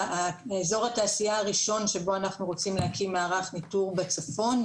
אזור התעשייה הראשון שבו אנחנו רוצים להקים מערך ניטור בצפון,